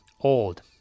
old